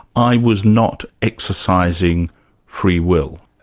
i was not exercising free will.